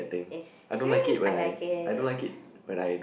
it's it's very I like it